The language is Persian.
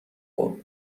خورد